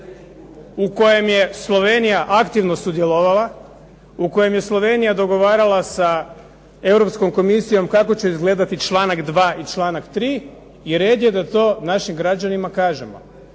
u kojem je Slovenija aktivno sudjelovala u kojem je Slovenija dogovarala sa Europskom komisijom kako će izgledati članak 2. i članak 3. i red je da to našim građanima kažemo.